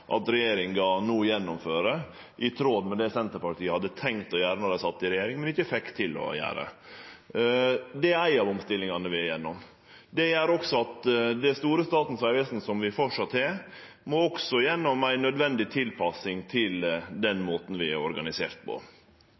at regjeringa no gjennomfører, i tråd med det Senterpartiet hadde tenkt å gjere då dei sat i regjering, men ikkje fekk til. Det er ei av omstillingane vi går gjennom. Det gjer at det store Statens vegvesen som vi framleis har, også må gjennom ei nødvendig tilpassing til den måten vi har organisert på.